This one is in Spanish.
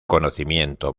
conocimiento